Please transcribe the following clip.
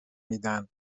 میدن